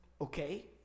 okay